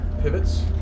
pivots